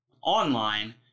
online